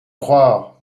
croire